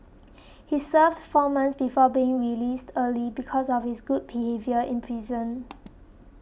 he served four months before being released early because of his good behaviour in prison